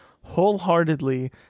wholeheartedly